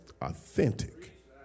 authentic